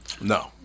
No